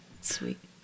sweet